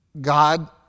God